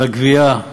על הגבייה,